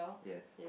yes